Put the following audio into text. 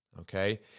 Okay